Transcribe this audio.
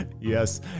Yes